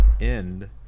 end